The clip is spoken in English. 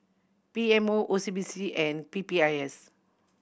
P M O O C B C and P P I S